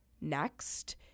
Next